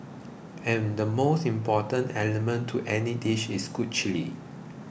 and the most important element to any dishes is good chilli